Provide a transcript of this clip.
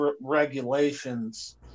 regulations